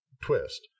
twist